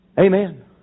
Amen